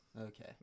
Okay